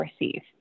receive